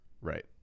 Right